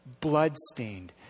bloodstained